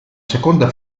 seconda